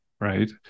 right